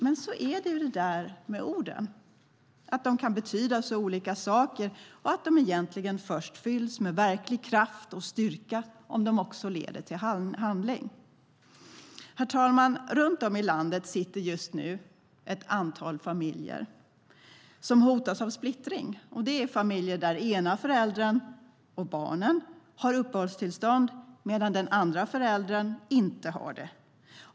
Men så är det ju det där med orden, att de kan betyda så olika saker och att de egentligen först fylls med verklig kraft och styrka om de leder till handling. Herr talman! Runt om i landet sitter just nu ett antal familjer som hotas av splittring. Det är familjer där ena föräldern och barnen har uppehållstillstånd medan den andra föräldern inte har det.